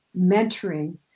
mentoring